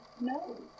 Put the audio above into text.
no